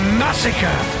massacre